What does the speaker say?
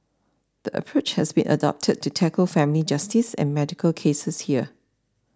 the approach has been adopted to tackle family justice and medical cases here